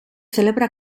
celebra